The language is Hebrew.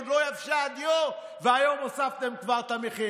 עוד לא יבשה הדיו, והיום כבר הוספתם את המחיר.